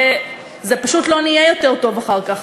וזה פשוט לא נהיה יותר טוב אחר כך.